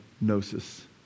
gnosis